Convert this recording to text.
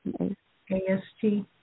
A-S-T